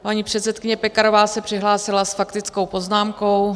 Paní předsedkyně Pekarová se přihlásila s faktickou poznámkou.